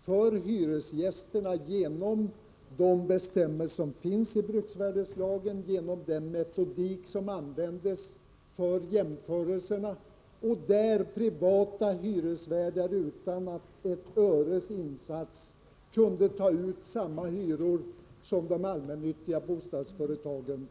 för hyresgästerna genom de bestämmelser som finns i bruksvärdeslagen, genom den metodik som används för jämförelserna och då privata hyresvärdar utan ett öres insats kunde ta ut samma hyror som de allmännyttiga bostadsföretagen.